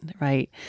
right